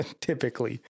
typically